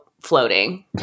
floating